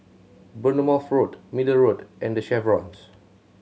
Bournemouth Road Middle Road and The Chevrons